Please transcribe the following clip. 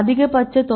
அதிகபட்சம் 98